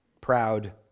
proud